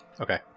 Okay